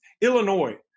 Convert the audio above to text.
Illinois